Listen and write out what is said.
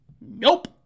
Nope